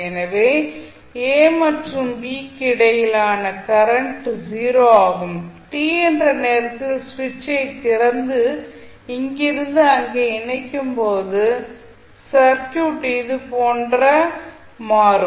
எனவே a மற்றும் b க்கு இடையிலான கரண்ட் 0 ஆகும் t என்ற நேரத்தில் சுவிட்சைத் திறந்து இங்கிருந்து அங்கே இணைக்கும்போது சர்க்யூட் இதுபோன்ற மாறும்